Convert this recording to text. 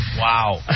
Wow